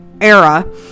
era